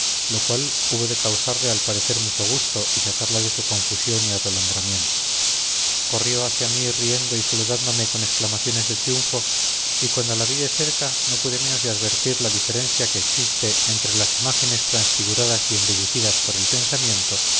lo cual hubo de causarle al parecer mucho gusto y sacarla de su confusión y atolondramiento corrió hacia mí riendo y saludándome con exclamaciones de triunfo y cuando la vi de cerca no pude menos de advertir la diferencia que existe entre las imágenes transfiguradas y embellecidas por el pensamiento